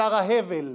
שר ההבל,